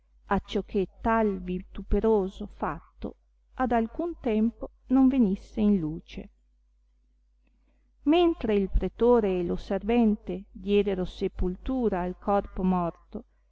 ponesse acciò che tal vituperoso fatto ad alcun tempo non venisse in luce mentre il pretore e lo servente diedero sepultura al corpo morto